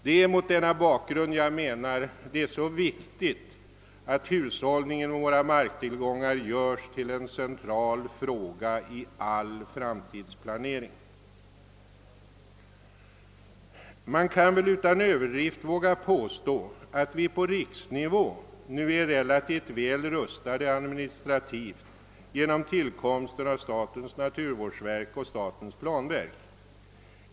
Det är mot denna bakgrund som jag menar att det är så viktigt att hushållningen med våra marktillgångar görs till en central fråga i all framtidsplanering. Man kan väl utan överdrift våga påstå att vi på riksnivå nu är relativt väl rustade administrativt genom tillkomsten av statens naturvårdsverk och statens planverk.